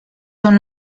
son